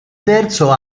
terzo